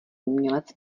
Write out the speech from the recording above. umělec